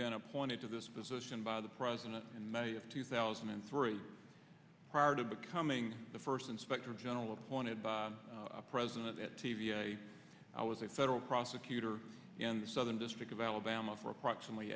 been appointed to this position by the president in may of two thousand and three prior to becoming the first inspector general appointed by president t v i i was a federal prosecutor in the southern district of alabama for approximately